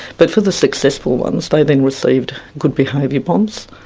but for the successful ones, they then received good behaviour bonds.